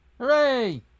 Hooray